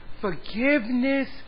Forgiveness